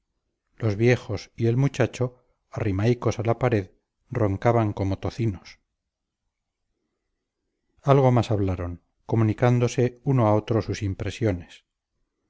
los viejos y el muchacho arrimaicos a la pared roncaban como tocinos algo más hablaron comunicándose uno a otro sus impresiones